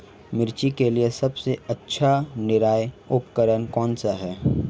मिर्च के लिए सबसे अच्छा निराई उपकरण कौनसा है?